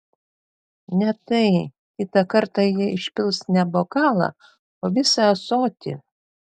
ne tai kitą kartą ji išpils ne bokalą o visą ąsotį